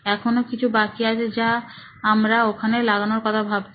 এখনো কিছু বাকি আছে যা আমরা ওখানে লাগানোর কথা ভাবছি